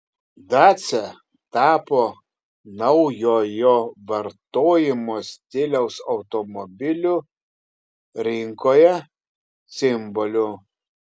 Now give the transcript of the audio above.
dacia tapo naujojo vartojimo stiliaus automobilių rinkoje simboliu